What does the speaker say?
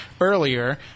earlier